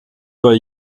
bei